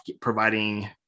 providing